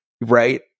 right